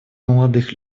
молодых